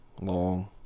long